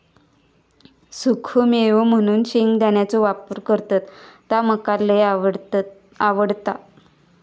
सुखो मेवो म्हणून शेंगदाण्याचो वापर करतत ता मका लय आवडता